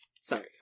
Sorry